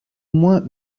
moins